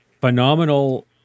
phenomenal